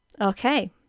Okay